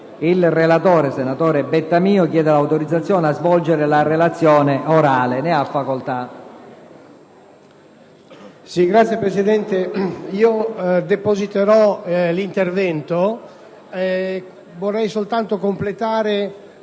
Il relatore, senatore Bettamio, ha chiesto l'autorizzazione a svolgere la relazione orale. Non facendosi